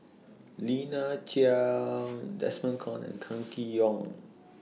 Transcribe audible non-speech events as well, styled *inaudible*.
*noise* Lina Chiam Desmond Kon and Kam Kee Yong